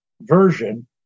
version